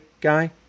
guy